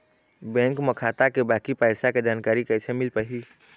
Bank म खाता के बाकी पैसा के जानकारी कैसे मिल पाही?